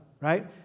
right